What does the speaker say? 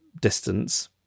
distance